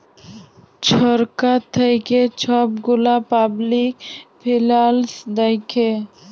ছরকার থ্যাইকে ছব গুলা পাবলিক ফিল্যাল্স দ্যাখে